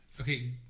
Okay